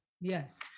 yes